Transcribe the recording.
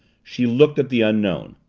she looked at the unknown.